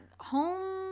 home